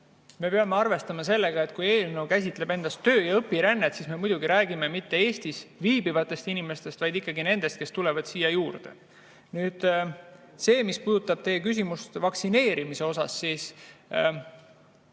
Me peame arvestama sellega, et kui eelnõu käsitleb töö- ja õpirännet, siis me muidugi ei räägi mitte Eestis viibivatest inimestest, vaid ikkagi nendest, kes tulevad siia juurde. Sellega, mis puudutab teie küsimust vaktsineerimise kohta, ma